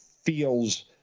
feels